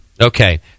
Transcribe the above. Okay